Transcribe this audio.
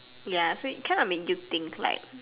ya so it kind of make you think like